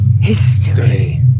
history